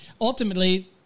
ultimately